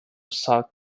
south